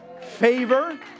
Favor